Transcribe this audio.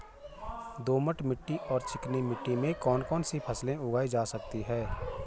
दोमट मिट्टी और चिकनी मिट्टी में कौन कौन सी फसलें उगाई जा सकती हैं?